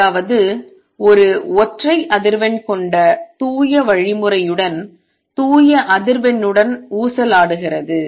அதாவது ஒரு ஒற்றை அதிர்வெண் கொண்ட தூய வழிமுறையுடன் தூய அதிர்வெண்ணுடன் ஊசலாடுகிறது